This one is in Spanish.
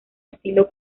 estilo